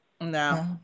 No